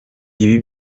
ibi